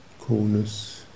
coolness